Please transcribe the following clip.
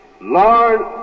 Lord